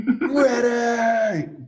ready